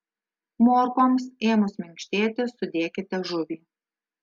morkoms ėmus minkštėti sudėkite žuvį